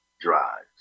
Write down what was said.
drives